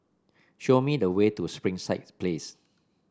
show me the way to Springside Place